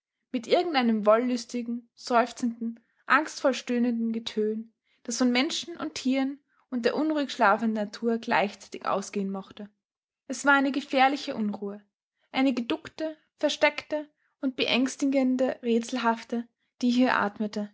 mit irgendeinem wollüstigen seufzenden angstvoll stöhnenden getön das von menschen und tieren und der unruhig schlafenden natur gleichzeitig ausgehen mochte es war eine gefährliche unruhe eine geduckte versteckte und beängstigende rätselhafte die hier